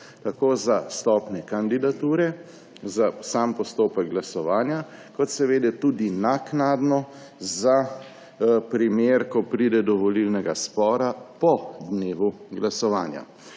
tako za stopnje kandidature, za sam postopek glasovanja kot seveda tudi naknadno za primer, ko pride do volilnega spora po dnevu glasovanja.